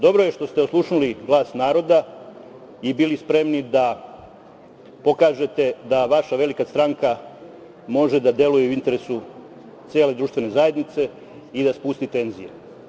Dobro je što ste oslušnuli glas naroda i bili spremni da pokažete da vaša velika stranka može da deluje u interesu cele društvene zajednice i da spusti tenzije.